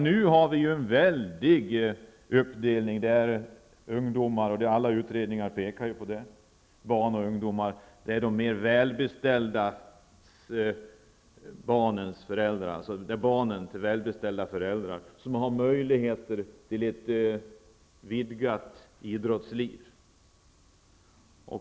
Nu har vi en mycket stor uppdelning av barn och ungdomar, och alla utredningar pekar på det. Det är barnen till välbeställda föräldrar som har möjligheter till ett vidgat idrottsliv.